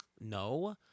no